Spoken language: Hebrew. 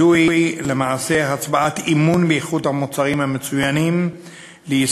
זוהי למעשה הצבעת אמון באיכות המוצרים המצוינים המיוצרים